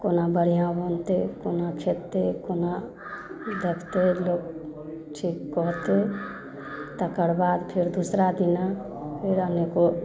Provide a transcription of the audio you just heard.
कोना बढ़िआँ बनतै कोना खेतै कोना देखतै लोक ठीक कहतै तेकर बाद फेर दोसरा दिना फेर अनेको